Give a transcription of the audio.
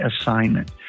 assignment